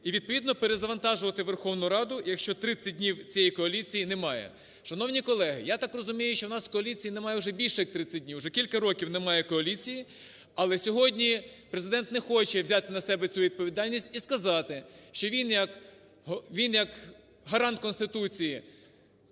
і відповідно перезавантажувати Верховну Раду, якщо 30 днів цієї коаліції немає. Шановні колеги, я так розумію, що у нас коаліції немає вже більше як 30 днів, вже кілька років немає коаліції, але сьогодні Президент не хоче взяти на себе цю відповідальність і сказати, що він як гарант Конституції